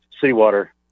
seawater